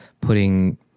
putting